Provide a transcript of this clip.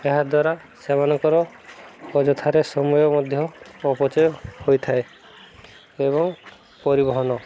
ଏହାଦ୍ୱାରା ସେମାନଙ୍କର ଅଯଥାରେ ସମୟ ମଧ୍ୟ ଅପଚୟ ହୋଇଥାଏ ଏବଂ ପରିବହନ